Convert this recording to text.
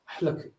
Look